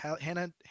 Hannah